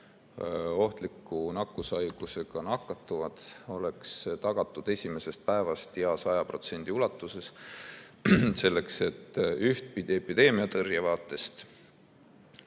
ohtliku nakkushaigusega nakatuvad, oleks tagatud esimesest päevast ja 100% ulatuses. Seda selleks, et epideemiatõrje vaatest